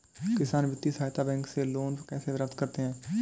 किसान वित्तीय सहायता बैंक से लोंन कैसे प्राप्त करते हैं?